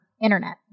internet